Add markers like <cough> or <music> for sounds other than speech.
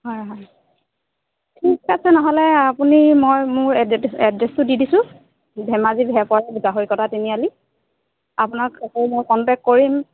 হয় হয় ঠিক আছে নহ'লে আপুনি মই মোৰ এড্ৰে এড্ৰেছটো দি দিছোঁ ধেমাজি <unintelligible> গাহৰি কটা তিনিআালি আপোনাক আকৌ মই কন্টেক্ট কৰিম